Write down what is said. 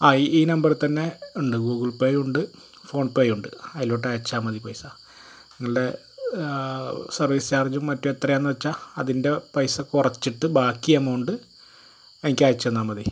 അ ഈ നമ്പറിൽത്തന്നെ ഉണ്ട് ഗൂഗിൾ പേ ഉണ്ട് ഫോൺ പേ ഉണ്ട് അതിലോട്ടയച്ചാൽ മതി പൈസ ഇങ്ങളുടെ സർവീസ് ചാർജും മറ്റ് എത്രയാണെന്നു വെച്ചാൽ അതിൻ്റെ പൈസ കുറച്ചിട്ട് ബാക്കി അമൗണ്ട് എനിക്കയച്ചു തന്നാൽ മതി